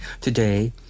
Today